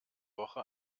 woche